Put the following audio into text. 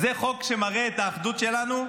זה חוק שמראה את האחדות שלנו,